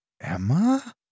Emma